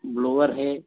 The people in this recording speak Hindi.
ब्लोवर है